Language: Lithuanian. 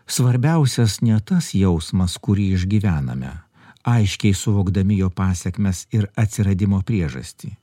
svarbiausias ne tas jausmas kurį išgyvename aiškiai suvokdami jo pasekmes ir atsiradimo priežastį